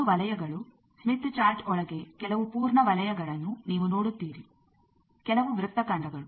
ಎರಡು ವಲಯಗಳು Smith chart ಒಳಗೆ ಕೆಲವು ಪೂರ್ಣ ವಲಯಗಳನ್ನು ನೀವು ನೋಡುತ್ತೀರಿ ಕೆಲವು ವೃತ್ತಖಂಡಗಳು